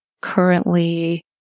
currently